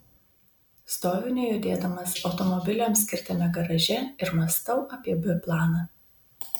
stoviu nejudėdamas automobiliams skirtame garaže ir mąstau apie b planą